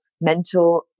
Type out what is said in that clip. mental